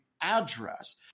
address